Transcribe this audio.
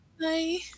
Bye